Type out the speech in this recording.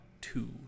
two